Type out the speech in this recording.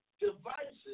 devices